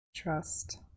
Trust